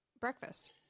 Breakfast